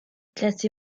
classé